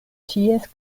ties